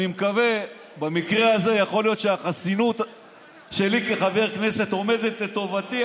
אני מקווה שבמקרה הזה החסינות שלי כחבר כנסת עומדת לטובתי,